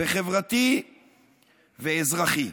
חברתי ואזרחי.